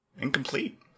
incomplete